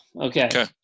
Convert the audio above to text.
Okay